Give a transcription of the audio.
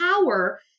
power